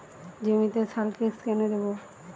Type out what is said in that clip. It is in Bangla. জমিতে সালফেক্স কেন দেবো?